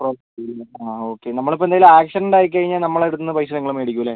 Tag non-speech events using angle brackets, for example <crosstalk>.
<unintelligible> ആ ഓക്കെ നമ്മൾ ഇപ്പോൾ എന്തെങ്കിലും ആക്സിഡന്റ് ആയി കഴിഞ്ഞാൽ നമ്മുടെ അടുത്തുനിന്ന് പൈസ നിങ്ങൾ മേടിക്കും അല്ലേ